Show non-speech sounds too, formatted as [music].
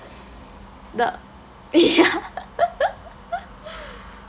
the ya [laughs]